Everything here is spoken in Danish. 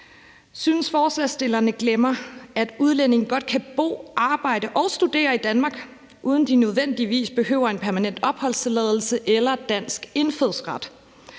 synes, forslagsstillerne glemmer, at udlændinge godt kan bo, arbejde og studere i Danmark, uden at de nødvendigvis behøver en permanent opholdstilladelse eller dansk indfødsret.